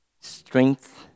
strength